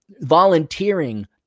volunteering